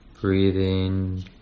breathing